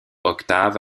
octave